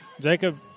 Jacob